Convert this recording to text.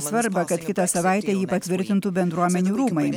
svarbą kad kitą savaitę ji patvirtintų bendruomenių rūmai